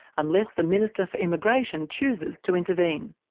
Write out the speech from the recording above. unless the minister for immigration chooses to intervene.